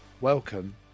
welcome